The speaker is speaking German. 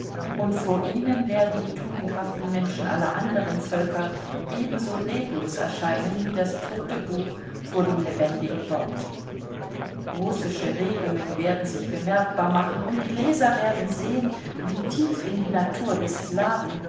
und vor ihnen werden die tugendhaften menschen aller anderen völker ebenso leblos erscheinen wie das tote buch vor dem lebendigen wort russische regungen werden sich bemerkbar machen und die leser werden sehen wie tief in die natur des slaven